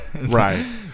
right